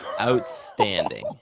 outstanding